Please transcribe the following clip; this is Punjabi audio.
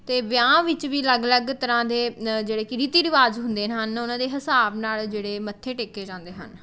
ਅਤੇ ਵਿਆਹ ਵਿੱਚ ਵੀ ਅਲੱਗ ਅਲੱਗ ਤਰ੍ਹਾਂ ਦੇ ਜਿਹੜੇ ਕਿ ਰੀਤੀ ਰਿਵਾਜ ਹੁੰਦੇ ਹਨ ਉਹਨਾਂ ਦੇ ਹਿਸਾਬ ਨਾਲ ਜਿਹੜੇ ਮੱਥੇ ਟੇਕੇ ਜਾਂਦੇ ਹਨ